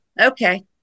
okay